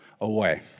away